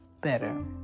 better